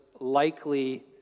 likely